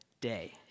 day